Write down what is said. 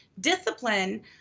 discipline